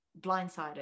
blindsided